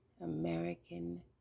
American